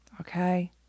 Okay